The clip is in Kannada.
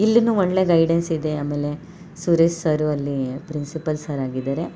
ಇಲ್ಲೂ ಒಳ್ಳೆಯ ಗೈಡೆನ್ಸ್ ಇದೆ ಆಮೇಲೆ ಸುರೇಶ್ ಸರು ಅಲ್ಲಿ ಪ್ರಿನ್ಸಿಪಲ್ ಸರ್ ಆಗಿದ್ದಾರೆ